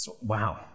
Wow